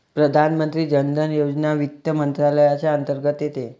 प्रधानमंत्री जन धन योजना वित्त मंत्रालयाच्या अंतर्गत येते